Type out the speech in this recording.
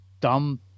dumb